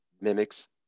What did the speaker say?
mimics